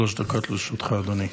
שלוש דקות לרשותך, אדוני.